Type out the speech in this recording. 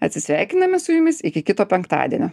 atsisveikiname su jumis iki kito penktadienio